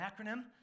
acronym